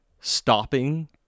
stopping